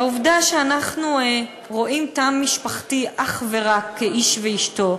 העובדה שאנחנו רואים תא משפחתי אך ורק כאיש ואשתו,